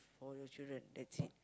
for your children that's it